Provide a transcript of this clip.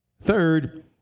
Third